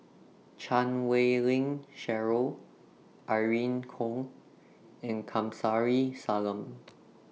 Chan Wei Ling Cheryl Irene Khong and Kamsari Salam